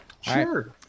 Sure